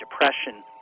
depression